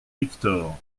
victor